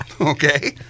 okay